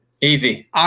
Easy